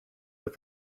but